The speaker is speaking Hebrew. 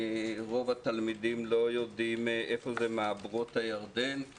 רוב התלמידים לא יודעים איפה זה מעברות הירדן,